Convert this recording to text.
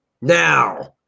Now